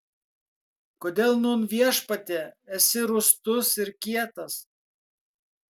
kodėl nūn viešpatie esi rūstus ir kietas